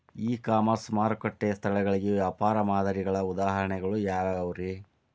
E commerce ಮಾರುಕಟ್ಟೆ ಸ್ಥಳಗಳಿಗೆ ವ್ಯಾಪಾರ ಮಾದರಿಗಳ ಉದಾಹರಣೆಗಳು ಯಾವವುರೇ?